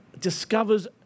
discovers